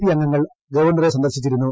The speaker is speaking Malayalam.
പി അംഗങ്ങൾ ഗവർണറെ സന്ദർശിച്ചിരുന്നു